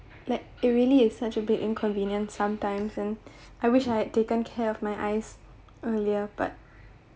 like it really is such a big inconvenience sometimes and I wish I had taken care of my eyes earlier but